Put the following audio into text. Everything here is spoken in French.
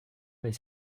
des